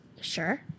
Sure